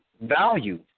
value